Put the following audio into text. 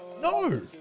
No